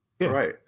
Right